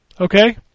Okay